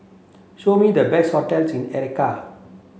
show me the best hotels in Accra